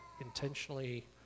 intentionally